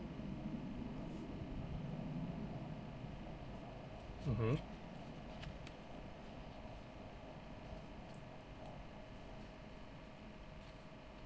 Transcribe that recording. mmhmm